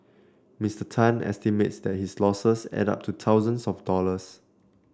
Mister Tan estimates that his losses add up to thousands of dollars